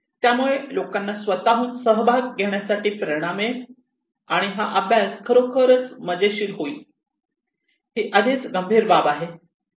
त्यामुळे लोकांना स्वतःहून सहभाग घेण्यासाठी प्रेरणा मिळेल आणि हा अभ्यास खरोखर मजेशीर होईल ही आधीच गंभीर बाब आहे